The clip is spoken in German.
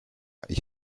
ich